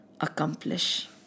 accomplish